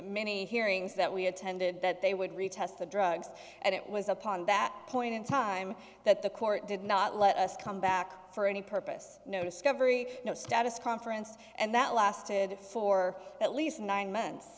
many hearings that we had tended that they would retest the drugs and it was upon that point in time that the court did not let us come back for any purpose no discovery no status conference and that lasted for at least nine months